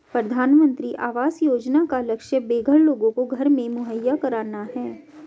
प्रधानमंत्री आवास योजना का लक्ष्य बेघर लोगों को घर मुहैया कराना है